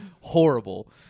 horrible